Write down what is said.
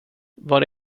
var